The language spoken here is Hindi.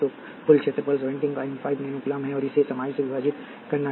तो कुल क्षेत्रफल 175 नैनो कूलम्ब है और इसे समाई से विभाजित करना है